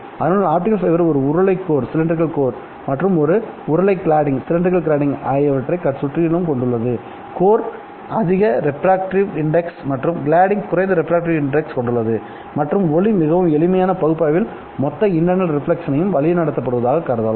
அதனுள் optical fibre ஒரு உருளை கோர் மற்றும் ஒரு உருளை கிளாடிங் ஆகியவற்றைக் சுற்றிலும் கொண்டுள்ளது கோர் அதிக ரெப்ராக்டிவ் இன்டெக்ஸ் மற்றும் கிளாடிங் குறைந்த ரெப்ராக்டிவ் இன்டெக்ஸ் கொண்டுள்ளது மற்றும் ஒளி மிகவும் எளிமையான பகுப்பாய்வில் மொத்த இன்டர்ணல் ரெப்லக்ஷனயும் வழிநடத்தப்படுவதாகக் கருதலாம்